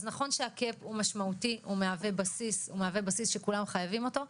אז נכון שהקאפ הוא משמעותי והוא מהווה בסיס שכולם חייבים אותו,